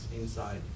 inside